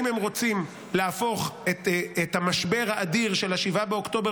אם הם רוצים להפוך את המשבר האדיר של 7 באוקטובר